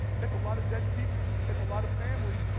that's a lot of dead people. that's a lot of families,